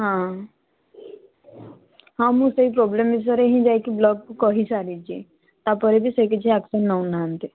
ହଁ ହଁ ମୁଁ ସେଇ ପ୍ରୋବ୍ଲେମ ବିଷୟରେ ହିଁ ଯାଇକି ବ୍ଲକକୁ କହିସାରିଛି ତାପରେ ବି ସେ କିଛି ଆକ୍ସନ ନେଉନାହାନ୍ତି